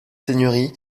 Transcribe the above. seigneurie